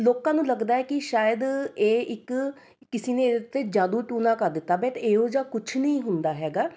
ਲੋਕਾਂ ਨੂੰ ਲੱਗਦਾ ਹੈ ਕਿ ਸ਼ਾਇਦ ਇਹ ਇੱਕ ਕਿਸੀ ਨੇ ਉਹਦੇ 'ਤੇ ਜਾਦੂ ਟੂਣਾ ਕਰ ਦਿੱਤਾ ਬਟ ਇਹੋ ਜਿਹਾ ਕੁਛ ਨਹੀਂ ਹੁੰਦਾ ਹੈਗਾ